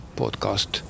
podcast